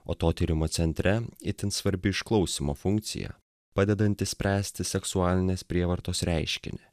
o to tyrimo centre itin svarbi išklausymo funkcija padedanti spręsti seksualinės prievartos reiškinį